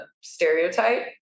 stereotype